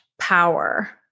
power